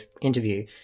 interview